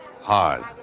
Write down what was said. Hard